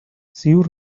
ziur